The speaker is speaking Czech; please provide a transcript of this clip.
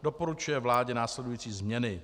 Doporučuje vládě následující změny: